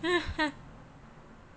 !huh!